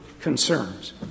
concerns